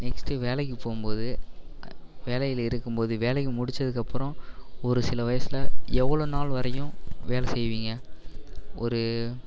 next வேலைக்கு போகும்போது வேலையில் இருக்கும்போது வேலையை முடித்ததுக்கு அப்புறோம் ஒரு சில வயசில் எவ்வளோ நாள் வரையும் வேலை செய்வீங்க ஒரு